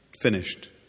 Finished